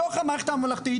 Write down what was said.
בתוך המערכת הממלכתית,